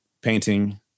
painting